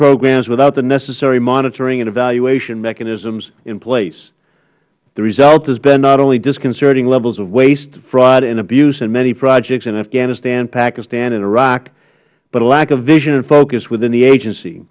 programs without the necessary monitoring and evaluation mechanisms in place the result has been not only disconcerting levels of waste fraud and abuse in many projects in afghanistan pakistan and iraq but a lack of vision and focus within the agency